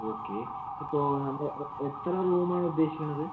okay ഇപ്പോൾ നമ്മള് എത്ര റൂമാണ് ഉദ്ദേശിക്കണത്